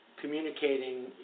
communicating